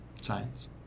Science